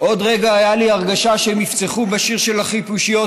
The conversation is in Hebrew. עוד רגע הייתה לי הרגשה שהם יפצחו בשיר של החיפושיות,